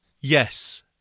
Yes